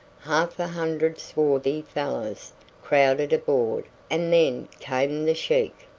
half a hundred swarthy fellows crowded aboard and then came the sheik,